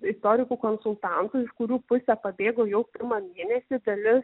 istorikų konsultantų iš kurių pusę pabėgo jau pirmą mėnesį dalis